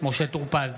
משה טור פז,